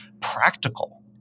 practical